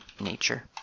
nature